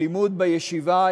הלימוד בישיבה,